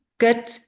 Good